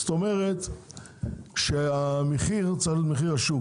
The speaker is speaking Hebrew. זאת אומרת שהמחיר צריך להיות מחיר השוק